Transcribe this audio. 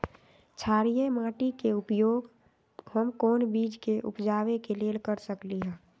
क्षारिये माटी के उपयोग हम कोन बीज के उपजाबे के लेल कर सकली ह?